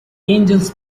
angels